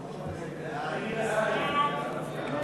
סעיף 2 אושר כנוסח